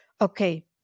okay